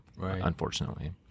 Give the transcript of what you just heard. unfortunately